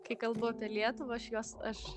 kai kalbu apie lietuvą aš jos aš